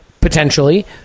potentially